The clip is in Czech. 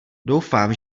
doufám